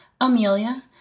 Amelia